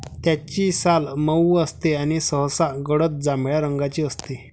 त्याची साल मऊ असते आणि सहसा गडद जांभळ्या रंगाची असते